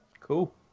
Cool